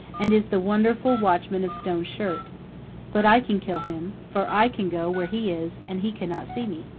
and is the wonderful watchman of stone shirt but i can kill him, for i can go where he is and he cannot see me.